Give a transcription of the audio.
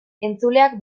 entzuleak